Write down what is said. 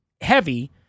heavy